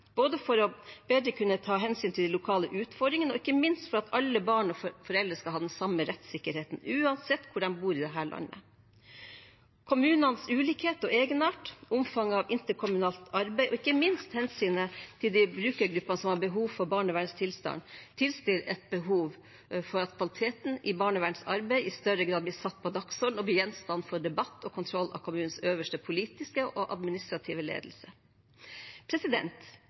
både for bedre å kunne ta hensyn til de lokale utfordringene og ikke minst for at alle barn og foreldre skal ha den samme rettssikkerheten uansett hvor de bor i dette landet. Kommunenes ulikhet og egenart, omfanget av interkommunale samarbeid og ikke minst hensynet til de brukergruppene som har behov for barnevernets bistand, tilsier et behov for at kvaliteten i barnevernets arbeid i større grad blir satt på dagsordenen og blir gjenstand for debatt og kontroll av kommunens øverste politiske og administrative ledelse.